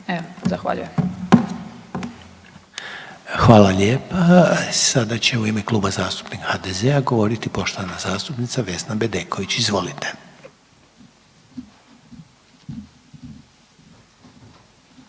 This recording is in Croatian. Željko (HDZ)** Hvala lijepa. Sada će u ime Kluba zastupnika HDZ-a govoriti poštovana zastupnica Vesna Bedeković, izvolite.